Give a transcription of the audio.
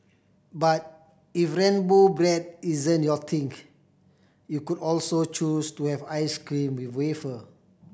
but if rainbow bread isn't your think you could also choose to have ice cream with wafer